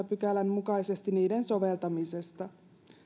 pykälän mukaisesti niiden soveltamisesta